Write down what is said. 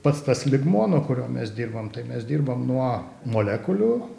pats tas lygmuo nuo kurio mes dirbam tai mes dirbam nuo molekulių